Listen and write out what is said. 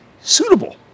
suitable